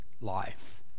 life